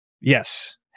Yes